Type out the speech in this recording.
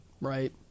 Right